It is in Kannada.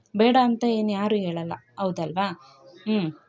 ಬೇಡ ಅಂತ ಏನು ಯಾರು ಹೇಳೋಲ್ಲ ಹೌದಲ್ವಾ ಹ್ಞೂ